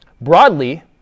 Broadly